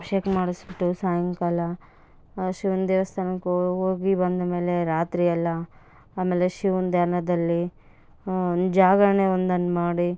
ಅಭಿಷೇಕ ಮಾಡಿಸ್ಬಿಟ್ಟು ಸಾಯಂಕಾಲ ಶಿವನ್ ದೇವಸ್ಥಾನಕ್ಕ್ ಹೋಗಿ ಬಂದ ಮೇಲೆ ರಾತ್ರಿಯೆಲ್ಲ ಆಮೇಲೆ ಶಿವನ್ ಧ್ಯಾನದಲ್ಲಿ ಜಾಗರಣೆ ಒಂದನ್ನು ಮಾಡಿ